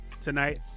tonight